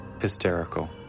hysterical